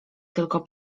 tylko